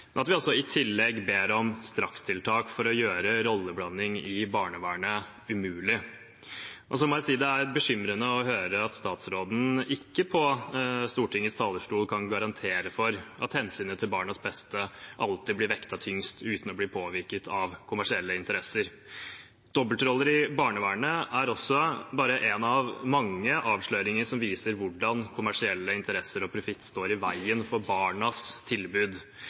ber vi om strakstiltak for å gjøre rolleblanding i barnevernet umulig. Jeg må si det er bekymrende å høre at statsråden på Stortingets talerstol ikke kan garantere for at hensynet til barnas beste alltid blir vektet tyngst, uten å bli påvirket av kommersielle interesser. Dobbeltroller i barnevernet er en av mange avsløringer som viser hvordan kommersielle interesser og profitt står i veien for barnas tilbud.